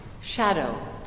shadow